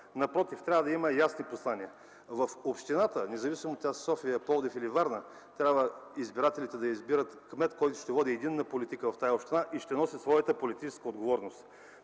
Напротив, трябва да има ясни послания. В общината – независимо дали е София, Пловдив или Варна, избирателите трябва да избират кмет, който ще води единна политика в тази община и ще носи своята политическа отговорност.